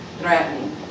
threatening